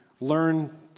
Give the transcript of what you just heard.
learn